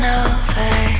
over